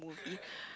movie